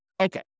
Okay